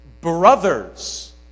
brothers